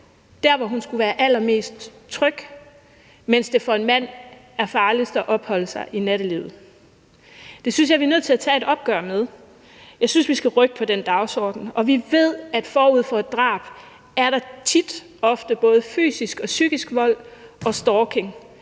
der, hvor hun skulle være allermest tryg, mens det for en mand er farligst at opholde sig i nattelivet. Det synes jeg vi er nødt til at tage et opgør med. Jeg synes, vi skal rykke på den dagsorden, og vi ved, at forud for et drab finder der tit og ofte både fysisk og psykisk vold og stalking